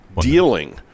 dealing